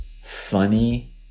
funny